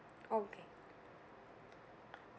okay